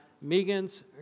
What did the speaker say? Megan's